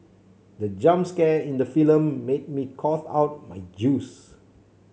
the jump scare in the film made me cough out my juice